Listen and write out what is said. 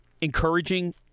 encouraging